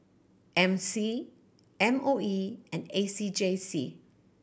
M C M O E and A C J C